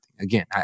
Again